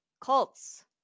cults